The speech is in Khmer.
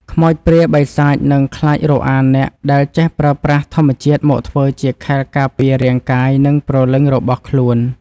ខ្មោចព្រាយបិសាចនឹងខ្លាចរអាអ្នកដែលចេះប្រើប្រាស់ធម្មជាតិមកធ្វើជាខែលការពាររាងកាយនិងព្រលឹងរបស់ខ្លួន។